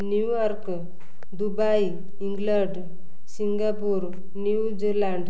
New York Dubai England Singapore New Zealand